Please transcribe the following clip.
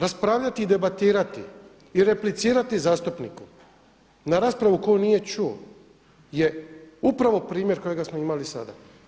Raspravljati i debatirati i replicirati zastupniku na raspravu koju nije čuo je upravo primjer kojega smo imali sada.